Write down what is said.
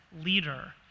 leader